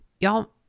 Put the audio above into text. Y'all